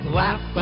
laugh